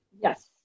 Yes